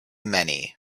many